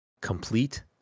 Complete